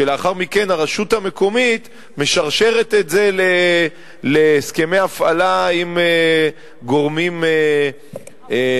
ולאחר מכן הרשות המקומית משרשרת את זה להסכמי הפעלה עם גורמים מטעמה,